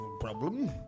problem